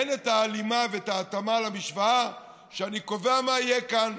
אין הלימה והתאמה למשוואה שאני קובע מה יהיה כאן,